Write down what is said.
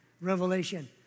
revelation